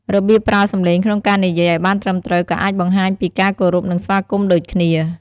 របៀបប្រើសម្លេងក្នុងការនិយាយឱ្យបានត្រឹមត្រូវក៏អាចបង្ហាញពីការគោរព និងស្វាគមន៍ដូចគ្នា។